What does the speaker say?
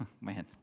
man